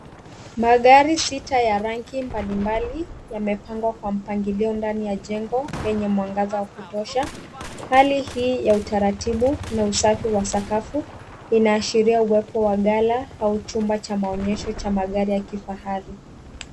Magari sita ya rangi mbalimbali yamepangwa kwa mpangilio ndani ya jengo lenye mwangaza wa kutosha. Hali hii ya utaratibu na usafi wa sakafu inaashiria uwepo wa ghala au chumba cha maonyesho cha magari ya kifahari.